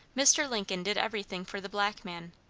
mr. lincoln did everything for the black man,